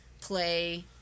play